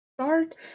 start